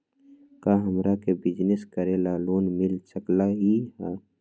का हमरा के बिजनेस करेला लोन मिल सकलई ह?